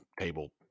table